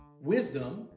wisdom